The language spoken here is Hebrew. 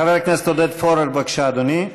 חבר הכנסת עודד פורר, בבקשה, אדוני,